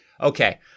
Okay